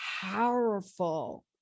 powerful